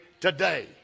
today